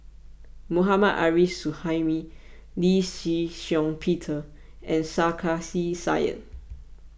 Mohammad Arif Suhaimi Lee Shih Shiong Peter and Sarkasi Said